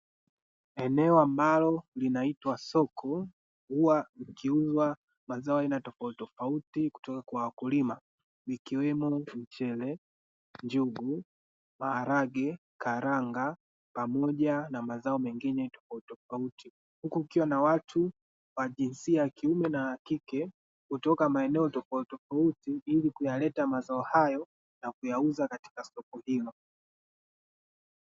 Eneo ambalo linaitwa soko, huwa likiuzwa mazao ya aina tofauti tofauti kutoka kwa wakulima ikiwemo; mchele, njugu, maharage, karanga pamoja na mazao mengine tofautitofauti, huku kukiwa na watu wa jinsia ya kiume na ya kike kutoka maeneo tofautitofauti ili kuyaleta mazao hayo na kuyauza katika soko hilo.